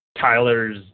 Tyler's